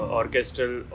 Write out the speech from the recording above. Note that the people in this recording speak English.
orchestral